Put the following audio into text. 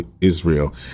Israel